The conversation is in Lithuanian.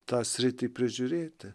tą sritį prižiūrėti